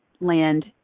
land